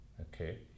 Okay